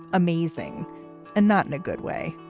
amazing and not in a good way.